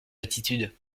attitude